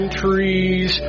trees